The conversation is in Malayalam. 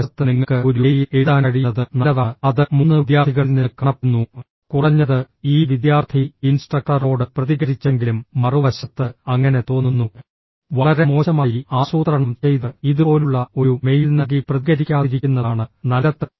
ഒരു വശത്ത് നിങ്ങൾക്ക് ഒരു മെയിൽ എഴുതാൻ കഴിയുന്നത് നല്ലതാണ് അത് മൂന്ന് വിദ്യാർത്ഥികളിൽ നിന്ന് കാണപ്പെടുന്നു കുറഞ്ഞത് ഈ വിദ്യാർത്ഥി ഇൻസ്ട്രക്ടറോട് പ്രതികരിച്ചെങ്കിലും മറുവശത്ത് അങ്ങനെ തോന്നുന്നു വളരെ മോശമായി ആസൂത്രണം ചെയ്ത് ഇതുപോലുള്ള ഒരു മെയിൽ നൽകി പ്രതികരിക്കാതിരിക്കുന്നതാണ് നല്ലത്